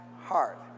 heart